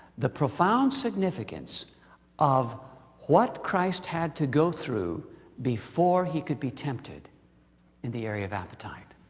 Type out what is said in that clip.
the profound significance of what christ had to go through before he could be tempted in the area of appetite.